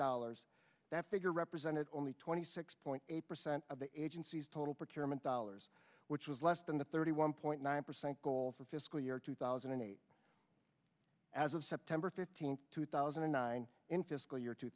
dollars that figure represented only twenty six point eight percent of the agency's total prick your meant dollars which was less than the thirty one point nine percent goal for fiscal year two thousand and eight as of september fifteenth two thousand and nine in fiscal year two